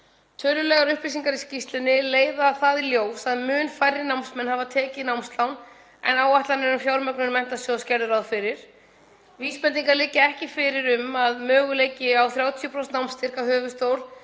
Tölulegar upplýsingar í skýrslunni leiða það í ljós að mun færri námsmenn hafa tekið námslán en áætlanir um fjármögnun sjóðsins gerðu ráð fyrir. Vísbendingar liggja ekki fyrir um að möguleiki á 30% námsstyrk af höfuðstól